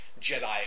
Jedi